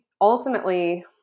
ultimately